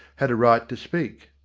had a right to speak.